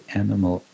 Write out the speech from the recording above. animal